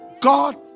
god